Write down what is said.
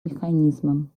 механизмам